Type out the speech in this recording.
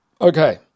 Okay